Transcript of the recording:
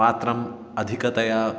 पात्रम् अधिकतया